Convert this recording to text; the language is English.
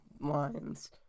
lines